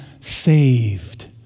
saved